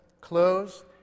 close